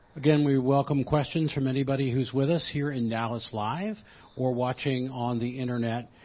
again, we welcome questions from anybody who's with us here in dallas live or watching on the internet.